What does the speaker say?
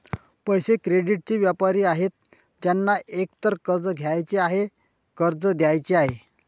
पैसे, क्रेडिटचे व्यापारी आहेत ज्यांना एकतर कर्ज घ्यायचे आहे, कर्ज द्यायचे आहे